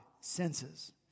senses